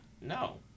No